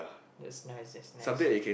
that's nice that's nice